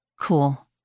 Cool